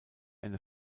eine